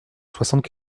soixante